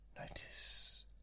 notice